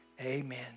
Amen